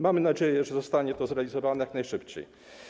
Mamy nadzieję, że zostanie to zrealizowane jak najszybciej.